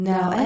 Now